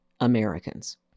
Americans